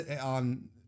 on